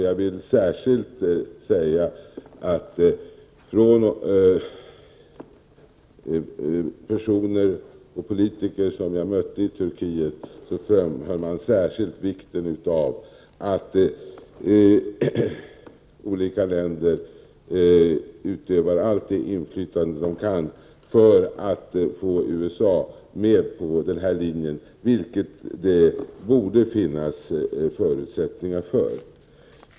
Jag vill särskilt framhålla att de personer och politiker som jag mötte i Turkiet speciellt framhöll vikten av att olika länder utövar allt det inflytande de kan för att få USA med på den här linjen, vilket det borde finnas förutsättningar för.